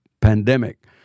pandemic